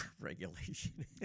Regulation